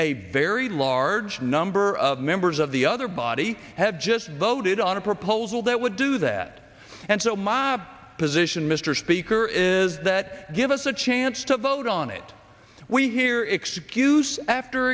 a very large number of members of the other body have just voted on a proposal that would do that and so my position mr speaker is that give us a chance to vote on it we hear excuse after